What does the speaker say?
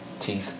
teeth